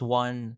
one